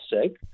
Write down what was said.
sick